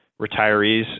retirees